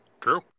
True